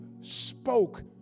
spoke